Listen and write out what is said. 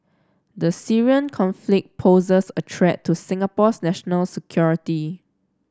the Syrian conflict poses a threat to Singapore's national security